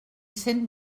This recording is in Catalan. cent